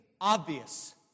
obvious